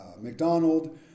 McDonald